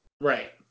Right